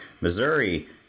Missouri